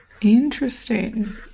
Interesting